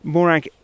Morag